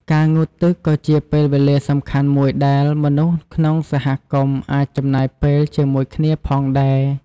ការងូតទឹកក៏ជាពេលវេលាសំខាន់មួយដែលមនុស្សក្នុងសហគមន៍អាចចំណាយពេលជាមួយគ្នាផងដែរ។